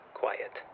quiet